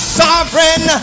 sovereign